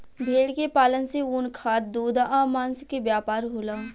भेड़ के पालन से ऊन, खाद, दूध आ मांस के व्यापार होला